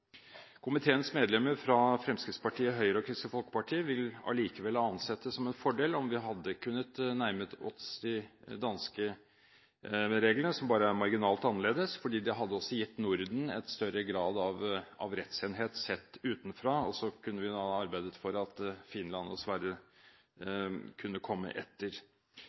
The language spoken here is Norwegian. Komiteens medlemmer fra Fremskrittspartiet, Høyre og Kristelig Folkeparti ville allikevel ha ansett det som en fordel om vi hadde kunnet nærmet oss de danske reglene, som bare er marginalt annerledes, fordi det hadde gitt Norden en større grad av rettsenhet sett utenfra. Så kunne vi arbeidet for at Finland og Sverige kunne komme etter.